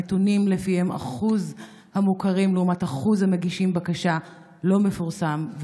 הנתונים על אחוז המוכרים לעומת אחוז המגישים בקשה לא מפורסמים,